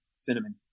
cinnamon